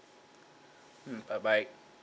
mm bye bye